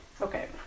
Okay